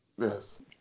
yes